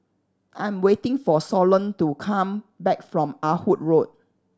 I'm waiting for Solon to come back from Ah Hood Road